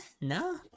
no